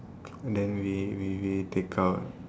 then we we we take out